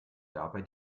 dabei